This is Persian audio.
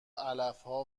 علفها